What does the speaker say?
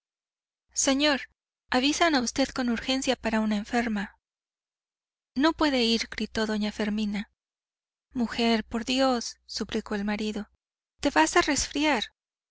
señor avisan a usted con urgencia para una enferma no puede ir gritó doña fermina mujer por dios suplicó el marido te vas a resfriar